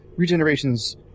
Regenerations